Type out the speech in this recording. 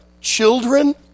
children